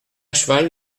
cheval